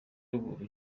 ruguru